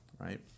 right